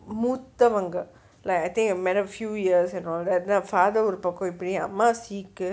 மூத்தவங்க:muuthavanga like I think a matter of few years and all that father ஒரு பக்கம் இப்டி அம்மா:oru pakkam ipdi amma sick uh